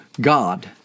God